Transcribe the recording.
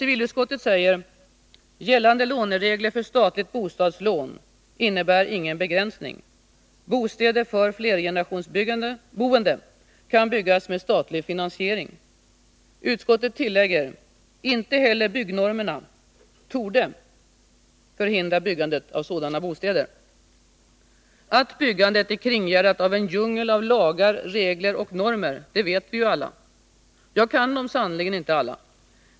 Civilutskottet säger: ”Gällande låneregler för statligt bostadslån innebär —--- ingen begränsning, utan bostäder för flergenerationsboende kan byggas med statlig finansiering.” Utskottet tillägger att inte heller byggnormerna torde förhindra byggandet av sådana bostäder. Att byggandet är kringgärdat av en djungel av lagar, regler och normer vet vi ju alla. Jag kan dem sannerligen inte alla.